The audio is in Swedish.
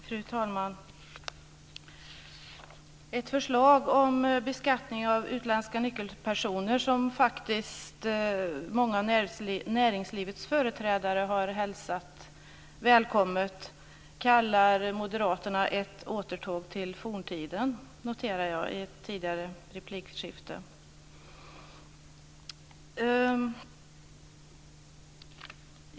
Fru talman! Ett förslag om beskattning av utländska nyckelpersoner, som många av näringslivets företrädare har hälsat välkommet, kallar moderaterna ett återtåg till forntiden. Det noterade jag i ett tidigare replikskifte.